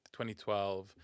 2012